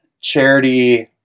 charity